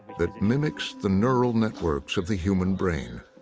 that mimics the neural networks of the human brain.